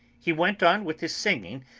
he went on with his singing,